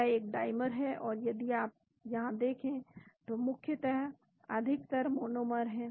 यह एक डाईमर है और यदि आप यहाँ देखें तो मुख्यतः अधिकतर मोनोमर हैं